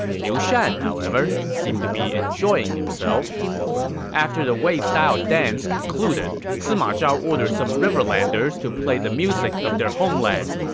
liu shan, however, seemed to be enjoying himself after the wei-style dance concluded, sima zhao ordered some riverlanders to play the music of their homeland.